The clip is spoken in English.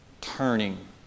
turning